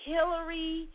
Hillary